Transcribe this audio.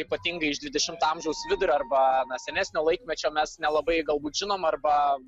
ypatingai iš dvidešimto amžiaus vidurio arba senesnio laikmečio mes nelabai galbūt žinom arba